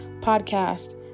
podcast